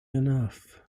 enough